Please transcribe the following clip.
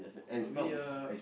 we are